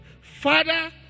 Father